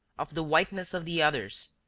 of the whiteness of the others,